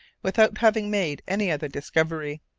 without having made any other discovery.